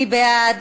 מי בעד?